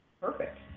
Perfect